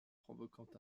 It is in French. provoquant